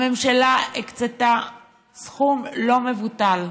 הממשלה הקצתה סכום לא מבוטל,